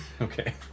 okay